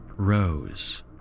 Rose